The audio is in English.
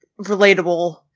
relatable